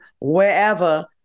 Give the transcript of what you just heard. wherever